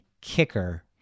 kicker